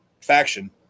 faction